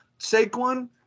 Saquon